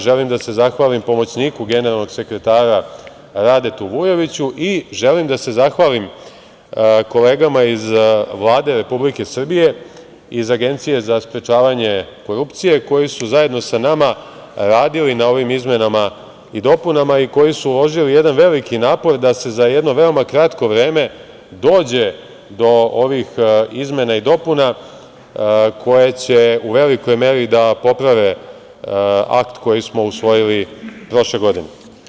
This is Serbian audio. Želim da se zahvalim pomoćniku generalnog sekretara Radetu Vujoviću i želim da se zahvalim kolegama iz Vlade Republike Srbije, iz Agencije za sprečavanje korupcije, koji su zajedno sa nama radili na ovim izmenama i dopunama i koji su uložili jedan veliki napor da se za jedno veoma kratko vreme dođe do ovih izmena i dopuna koje će u velikoj meri da poprave akt koji smo usvojili prošle godine.